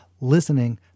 Listening